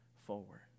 forward